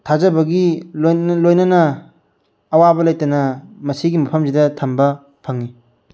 ꯊꯥꯖꯕꯗꯤ ꯂꯣꯏꯅꯅ ꯑꯋꯥꯕ ꯂꯩꯇꯅ ꯃꯁꯤꯒꯤ ꯃꯐꯝꯁꯤꯗ ꯊꯝꯕ ꯐꯪꯉꯤ